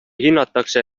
hinnatakse